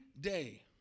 day